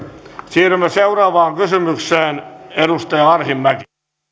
siirrymme seuraavaan kysymykseen edustaja arhinmäki